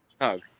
hug